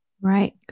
right